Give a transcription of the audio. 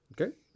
Okay